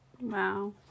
Wow